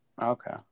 Okay